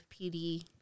PD